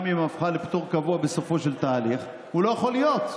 אם הפכה לפטור קבוע בסופו של תהליך" הוא לא יכול להיות.